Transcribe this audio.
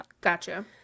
gotcha